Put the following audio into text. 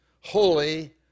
holy